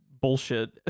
bullshit